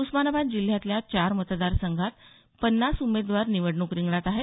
उस्मानाबाद जिल्ह्यातल्या चार मतदार संघात मिळून पन्नास उमेदवार निवडणूक रिंगणात आहेत